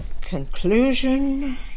Conclusion